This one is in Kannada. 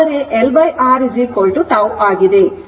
ಆದರೆ LR τ ಆಗಿದೆ